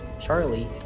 Charlie